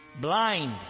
blind